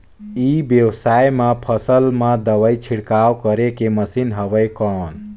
ई व्यवसाय म फसल मा दवाई छिड़काव करे के मशीन हवय कौन?